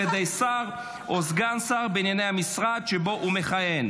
על ידי שר או סגן שר בענייני המשרד שבו הוא מכהן,